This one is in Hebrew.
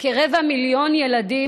כרבע מיליון ילדים,